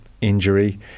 injury